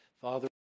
Father